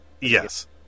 yes